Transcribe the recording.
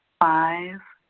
five,